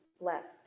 blessed